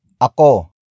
ako